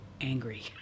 angry